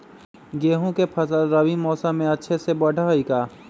गेंहू के फ़सल रबी मौसम में अच्छे से बढ़ हई का?